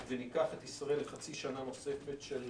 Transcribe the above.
וניקח את ישראל לחצי שנה נוספת של